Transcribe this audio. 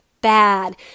bad